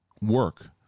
work